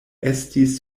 estis